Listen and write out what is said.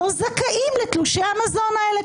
לא זכאים לתלושי המזון האלה.